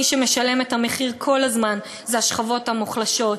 מי שמשלם את המחיר כל הזמן זה השכבות המוחלשות,